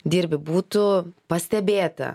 dirbi būtų pastebėta